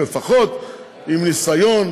לפחות עם ניסיון,